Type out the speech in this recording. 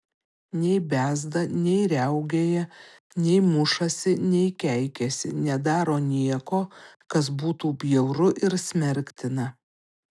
nei bezda nei riaugėja nei mušasi nei keikiasi nedaro nieko kas būtų bjauru ir smerktina